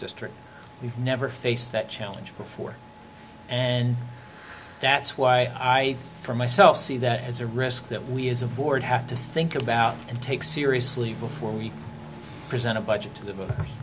district we never face that challenge before and that's why i for myself see that as a risk that we as a board have to think about and take seriously before we present a budget to